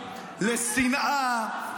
לשנאה,